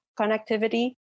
connectivity